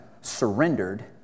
surrendered